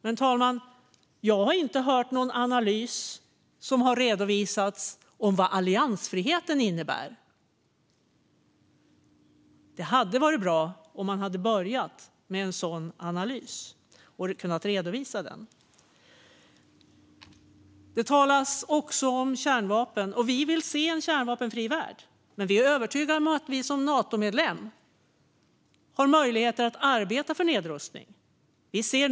Men jag hör ingen analys av vad alliansfriheten innebär. Det hade varit bra om de hade redovisat en sådan analys. Det har talats om kärnvapen. Vi vill se en kärnvapenfri värld, och vi är övertygade om att Sverige som Natomedlem kan arbeta för nedrustning.